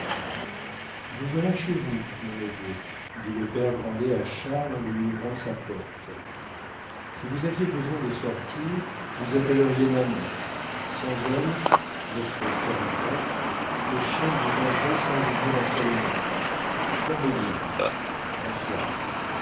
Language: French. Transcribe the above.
vous voilà chez vous mon neveu dit le père grandet à charles en lui ouvrant sa porte si vous aviez besoin de sortir vous appelleriez nanon sans elle votre serviteur le chien vous mangerait sans vous dire un seul mot dormez bien bonsoir